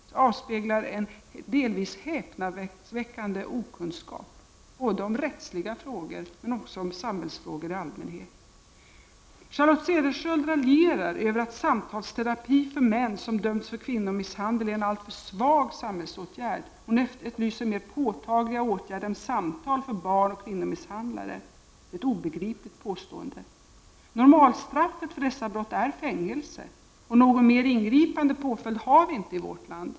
Det avspeglar en delvis häpnadsväckande okunskap om rättsliga frågor men också om samhällsfrågor i allmänhet. Charlotte Cederschiöld raljerar över att samtalsterapi för män som dömts för kvinnomisshandel är en alltför svag samhällsåtgärd. Hon efterlyser mer påtagliga åtgärder än samtal för barnoch kvinnomisshandlare. Det är ett obegripligt påstående. Normalstraffet för dessa brott är fängelse. Någon mer ingripande påföljd har vi inte i vårt land.